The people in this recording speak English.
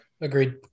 Agreed